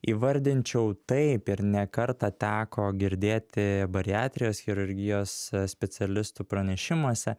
įvardinčiau taip ir ne kartą teko girdėti bariatrijos chirurgijos specialistų pranešimuose